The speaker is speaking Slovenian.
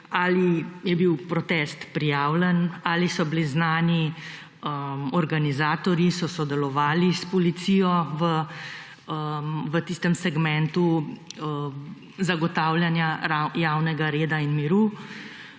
ali je bil protest prijavljen, ali so bili znani organizatorji, so sodelovali s policijo v tistem segmentu zagotavljanja javnega reda in miru.